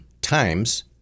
times